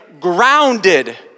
grounded